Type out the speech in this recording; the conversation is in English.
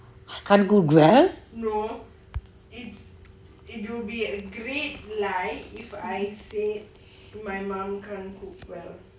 I can't cook well